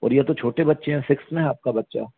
और ये तो छोटे बच्चे हैं सिक्स में है आपका बच्चा